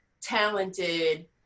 talented